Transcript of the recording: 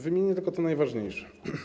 Wymienię tylko te najważniejsze.